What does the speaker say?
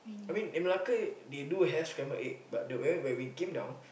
I mean in Malacca they do have scramble egg but the where when we came down